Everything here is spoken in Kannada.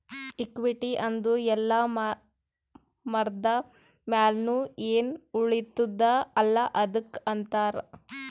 ಇಕ್ವಿಟಿ ಅಂದುರ್ ಎಲ್ಲಾ ಮಾರ್ದ ಮ್ಯಾಲ್ನು ಎನ್ ಉಳಿತ್ತುದ ಅಲ್ಲಾ ಅದ್ದುಕ್ ಅಂತಾರ್